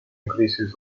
increases